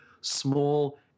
small